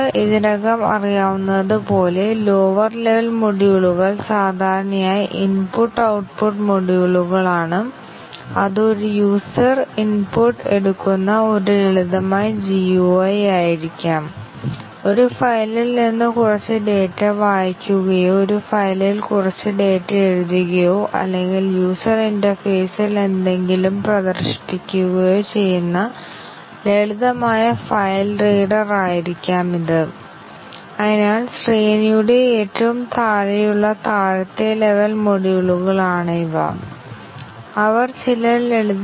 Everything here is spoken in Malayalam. അതിനാൽ ഒരു മ്യൂട്ടേറ്റ് ചെയ്ത പ്രോഗ്രാമിനായി ടെസ്റ്റ് കേസുകൾ വിജയിക്കുകയാണെങ്കിൽ മ്യൂട്ടന്റ് ജീവിച്ചിരിപ്പുണ്ടെന്ന് ഞങ്ങൾ പറയുന്നു അതാണ് മ്യൂട്ടേഷൻ ടെസ്റ്റിംഗിൽ ഉപയോഗിക്കുന്ന ടെർമിനോളജി തുടർന്ന് ഞങ്ങൾ അധിക ടെസ്റ്റ് കേസുകൾ രൂപകൽപ്പന ചെയ്തു ഒരു ടെസ്റ്റ് കേസ് ബഗ് ഫ്ലാഗ് ചെയ്യുന്നത് പരാജയപ്പെടുന്നതുവരെ കൂടുതൽ ടെസ്റ്റ് കേസുകൾ ഉൾപ്പെടുത്തി